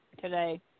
today